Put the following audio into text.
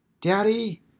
Daddy